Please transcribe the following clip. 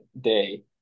day